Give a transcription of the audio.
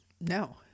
No